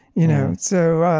you know sir.